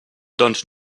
doncs